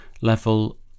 level